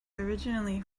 originally